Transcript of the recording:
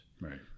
right